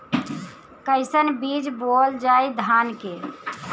कईसन बीज बोअल जाई धान के?